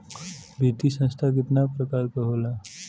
वित्तीय संस्था कितना प्रकार क होला?